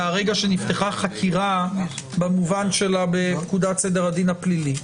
מהרגע שנפתחה חקירה במובן שלה בפקודת סדר הדין הפלילי.